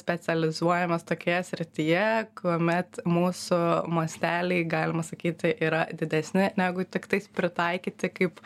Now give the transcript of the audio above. specializuojamės tokioje srityje kuomet mūsų masteliai galima sakyti yra didesni negu tiktais pritaikyti kaip